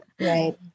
Right